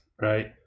right